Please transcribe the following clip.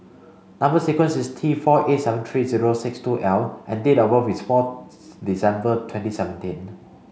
number sequence is T four eight seven three zero six two L and date of birth is four December twenty seventenn